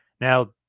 Now